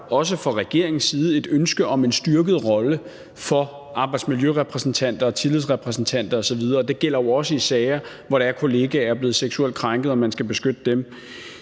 også fra regeringens side et ønske om en styrket rolle til arbejdsmiljørepræsentanter og tillidsrepræsentanter osv. Og det gælder jo også i sager, hvor kollegaer er blevet seksuelt krænkede, og hvor man skal beskytte dem.